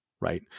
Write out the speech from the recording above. right